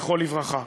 זכרו לברכה.